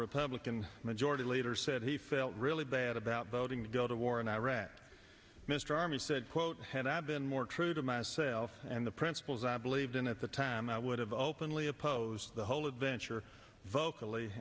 republican majority leader said he felt really bad about voting to go to war in iraq mr armey said quote had i been more true to myself and the principles i believed in at the time i would have openly oppose the whole adventure vocally